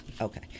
Okay